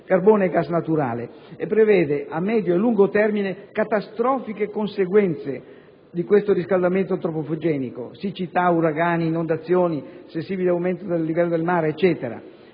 carbone e gas naturale e prevede a medio e lungo termine catastrofiche conseguenze di questo riscaldamento antropogenico (siccità, uragani, inondazioni e sensibile aumento del livello del mare), considerando